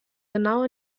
genau